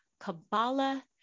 Kabbalah